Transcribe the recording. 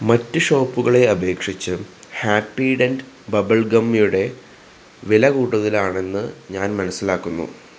മറ്റ് ഷോപ്പുകളെ അപേക്ഷിച്ച് ഹാപ്പി ഡെൻറ്റ് ബബിൾ ഗം യുടെ വില കൂടുതലാണെന്ന് ഞാൻ മനസ്സിലാക്കുന്നു